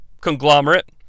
conglomerate